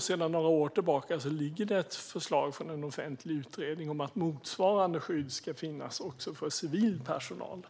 Sedan några år tillbaka ligger det ett förslag från en offentlig utredning om att motsvarande skydd ska finnas också för civil personal.